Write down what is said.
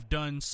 done